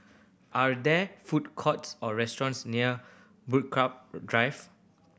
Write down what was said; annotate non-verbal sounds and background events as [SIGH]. are there food courts or restaurants near [UNINTELLIGIBLE] Drive